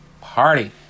party